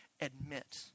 admit